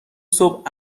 صبح